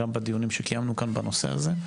גם בדיונים שקיימנו כאן בנושא הזה,